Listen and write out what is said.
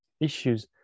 issues